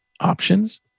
options